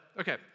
Okay